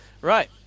Right